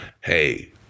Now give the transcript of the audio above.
Hey